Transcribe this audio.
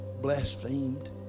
blasphemed